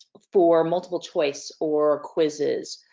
for multiple choice or quizzes,